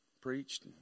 preached